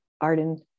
Arden